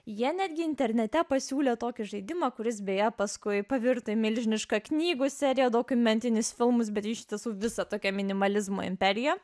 jie netgi internete pasiūlė tokį žaidimą kuris beje paskui pavirto milžiniška knygų serija dokumentinis filmas bet iš tiesų visa tokia minimalizmo imperija